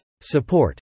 Support